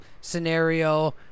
scenario